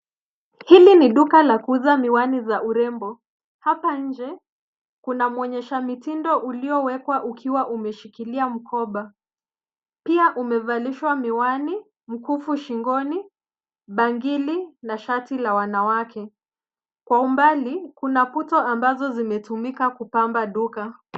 Hili ni duka la kuuza miwani za urembo. Hapa nje kuna mwonyesha mitindo uliowekwa ukiwa umeshikilia mkoba. Pia umevalishwa miwani ,mkufu shingoni, bangili na shati la wanawake. Kwa umbali kuna puto ambazo zimetumiwa kupamba duka.